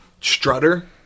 Strutter